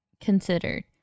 considered